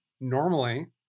normally